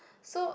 so